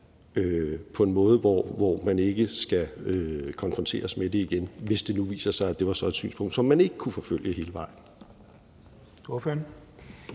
på en måde, hvor man ikke skal konfronteres med det igen, hvis det nu viser sig at være et synspunkt, som man ikke kunne forfølge hele vejen.